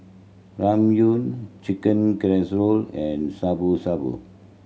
Ramyeon Chicken Casserole and Shabu Shabu